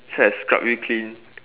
so I scrub you clean